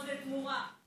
עוז לתמורה,